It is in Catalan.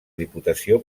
diputació